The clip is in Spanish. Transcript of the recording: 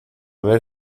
ver